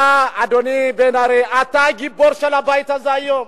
אתה, אדוני בן-ארי, אתה הגיבור של הבית הזה היום.